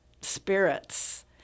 spirits